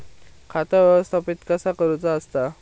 खाता व्यवस्थापित कसा करुचा असता?